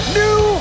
new